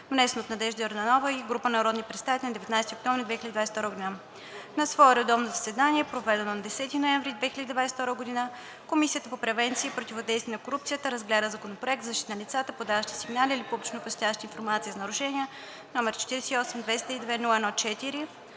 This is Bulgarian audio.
внесен от Надежда Йорданова и група народни представители на 19 октомври 2022 г. На свое редовно заседание, проведено на 10 ноември 2022 г., Комисията по превенция и противодействие на корупцията разгледа Законопроект за защита на лицата, подаващи сигнали или публично оповестяващи информация за нарушения, № 48-202-01-4,